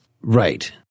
Right